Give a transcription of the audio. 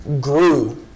grew